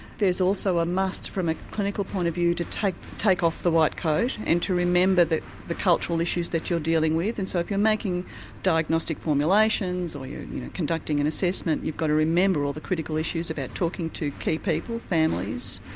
there's also a must from a clinical point of view to take take off the white coat and to remember the the cultural issues that you're dealing with. and so if you're making diagnostic formulations or, you're you know conducting an and assessment you've got to remember all the critical issues about talking to key people, families.